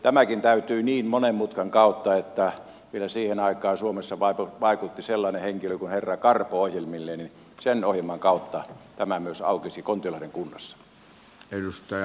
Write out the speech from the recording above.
tämäkin täytyi niin monen mutkan kautta mennä että vielä siihen aikaan suomessa vaikutti sellainen henkilö kuin herra karpo ohjelmineen niin sen ohjelman kautta tämä myös aukesi kontiolahden kunnassa